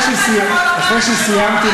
כל אחד יכול לומר את שלו.